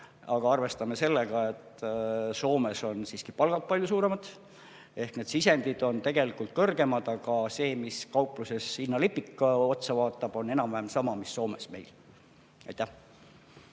Aga arvestame sellega, et Soomes on siiski palgad palju suuremad ehk need sisendid on tegelikult kõrgemad, aga see [hind], mis kaupluses hinnalipikult otsa vaatab, on enam-vähem meil sama, mis Soomes. Ma